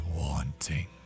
wanting